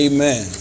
Amen